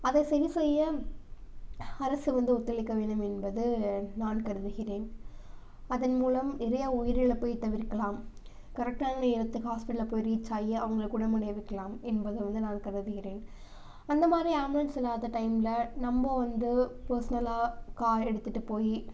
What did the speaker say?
அதை சரி செய்ய அரசு வந்து ஒத்துழைக்க வேண்டும் என்பது நான் கருதுகிறேன் அதன் மூலம் நிறைய உயிரிழப்பை தவிர்க்கலாம் கரெக்டான நேரத்துக்கு ஹாஸ்ப்பிட்டலில் போய் ரீச்சாயி அவங்களை குணமடைய வைக்கலாம் என்பது வந்து நான் கருதுகிறேன் அந்த மாதிரி ஆம்புலன்ஸ் இல்லாத டைம்மில் நம்ப வந்து பர்ஸ்னலாக கார் எடுத்துகிட்டு போய்